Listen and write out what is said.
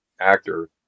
actor